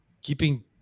keeping